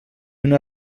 una